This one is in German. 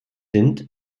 sind